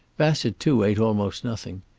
bassett too ate almost nothing.